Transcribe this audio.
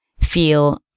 feel